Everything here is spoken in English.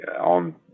on